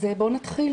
אז בואו נתחיל.